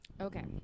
Okay